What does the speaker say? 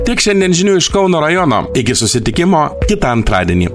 tik šiandien žinių iš kauno rajono iki susitikimo kitą antradienį